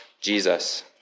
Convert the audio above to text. Jesus